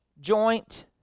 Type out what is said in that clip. joint